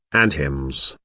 and hymns,